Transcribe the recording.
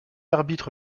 arbitre